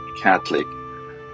Catholic